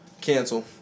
Cancel